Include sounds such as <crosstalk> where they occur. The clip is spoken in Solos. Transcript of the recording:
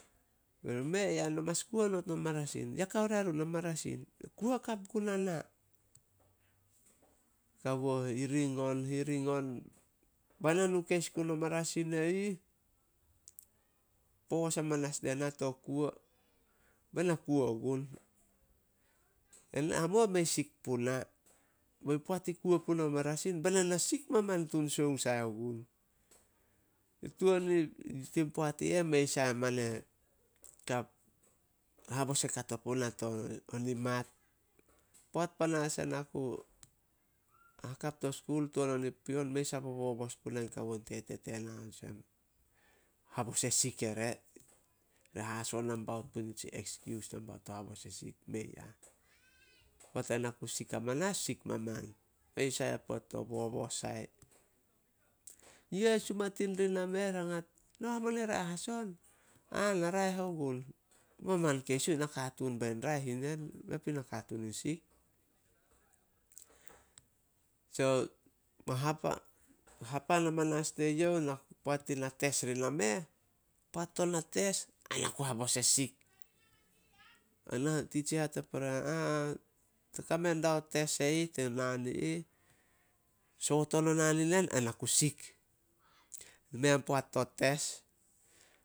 Berun. "Mei ah, no mas kuo not no marasin. Ya kao rarun na marasin?" "E kuo hakap guna na." Kawo hiring on- hiring on. Bana nu keis guno marasin e ih, poos hamanas diena to kuo, bena kuo ogun. <unintelligible> Mei sik puna. Bei poat i kuo puna o marasin, bena na sik maman tun sioung sai gun. Tuan i <hesitation> tin poat i eh, mei sai mane <hesitation> habos e kato puna to nimat. Poat panas ena ku hakap to skul tuan on i pion, mei sai bobos punai kawo ain tete tena, olsem habos e sik ere. Hahaso nambaout puri nitsi ekskius nambaout to habos e sik, mei ah. <noise> Poat ena ku sik amanas, sik maman. Mei sai ah poat bobos sai. Yu eh, sumatin ri nameh rangat, "No hamonei raeh as on?" "Ah, na raeh ogun." Moman keis uh, nakatuun bein raeh yu nen, mei pu nakatuun in sik. <noise> So, mo hapa- hapan amanas teyouh, <hesitation> poat tin na tes ri nameh, poat to na tes ana ku habos e sik. <noise> Ana titsia ri hate pore, <hesitation> te kame diao tes e ih to naan i ih. Soot on o naan i nen, ai na ku sik. Mei an poat to tes.